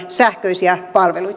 sähköisiä